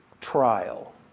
trial